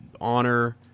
honor